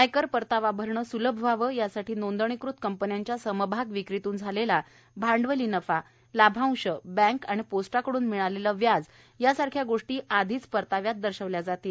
आयकर परतावा भरणे स्लभ व्हावे यासाठी नोंदणीकृत कंपन्यांच्या समभाग विक्रीतून झालेला भांडवली नफा लाभांश बँक आणि पोस्टाकड्न मिळालेले व्याज यासारख्या गोष्टी आधीच परताव्यात दर्शवल्या जातील